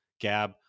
Gab